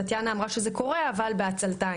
טטיאנה אמרה שזה קורה, אבל בעצלתיים.